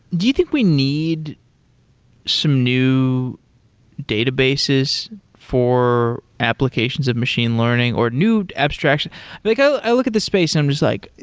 do you think we need some new databases for applications of machine learning, or new abstraction like i look at this space and i'm just like,